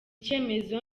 cyemezo